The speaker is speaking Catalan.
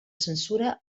censura